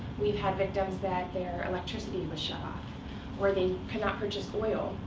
we've had victims that their electricity was shut off, or they could not purchase oil.